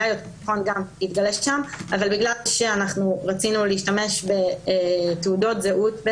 היה יותר נכון שתתגלה שם אבל בגלל שאנחנו רצינו להשתמש בתעודות זהות...